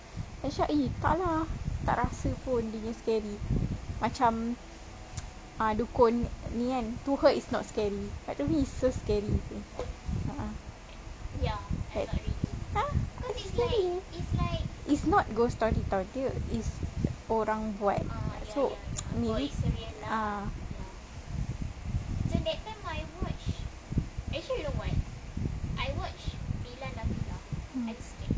then cakap !ee! tak lah tak rasa pun dia nya scary macam ah dukun ni kan to her is not scary but to me is so scary a'ah it's not ghost story [tau] dia it's orang buat so it is ah